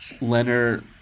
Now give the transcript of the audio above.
Leonard